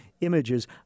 images